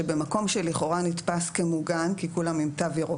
שבמקום שלכאורה נתפס כמוגן כי כולם עם תו ירוק,